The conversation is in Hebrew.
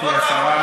גברתי השרה,